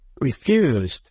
refused